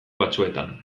batzuetan